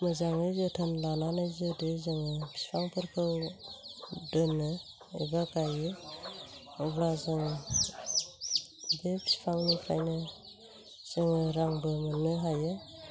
मोजाङै जोथोन लानानै जुदि जोङो बिफांफोरखौ दोनो एबा गायो अब्ला जोङो बिदिनो बिफांनिफ्रायनो जोङो रांबो मोननो हायो